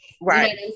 Right